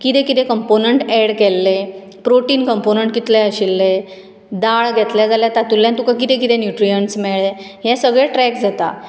कितें कितें component add केल्लें प्रोटीन कॉम्पोनण्ट कितले आशिल्ले दाळ घेतले जाल्यार तातुंंतल्यान तुका कितें कितें कॉम्पोनण्ट मेळ्ळें हें सगळें ट्रेक जाता